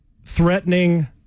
threatening